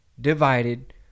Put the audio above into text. divided